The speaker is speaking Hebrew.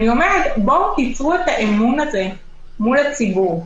אני אומרת, בואו תצרו אמון מול הציבור.